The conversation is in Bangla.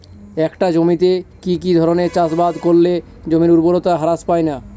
একটা জমিতে কি কি ধরনের চাষাবাদ করলে জমির উর্বরতা হ্রাস পায়না?